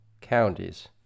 counties